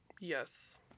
Yes